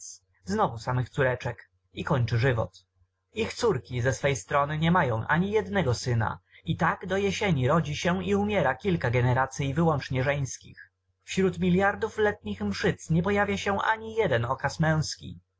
znowu samych córeczek i kończy żywot ich córki ze swej strony niemają ani jednego syna i tak do jesieni rodzi się i umiera kilka generacyi wyłącznie żeńskich wśród miliardów letnich mszyc nie pojawia się ani jeden okaz męzki